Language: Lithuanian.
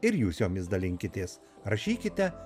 ir jūs jomis dalinkitės rašykite